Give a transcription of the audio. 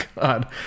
God